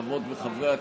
חברות וחברי הכנסת,